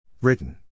Written